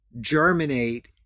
germinate